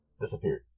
disappeared